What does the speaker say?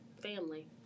family